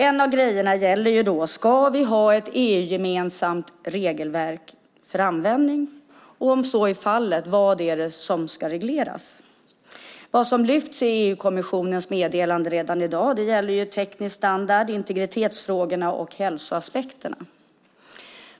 En av grejerna gäller om vi ska ha ett EU-gemensamt regelverk för användning, och om så är fallet vad det är som ska regleras. Vad som lyfts fram i EU-kommissionens meddelande redan i dag gäller teknisk standard, integritetsfrågorna och hälsoaspekterna.